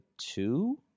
two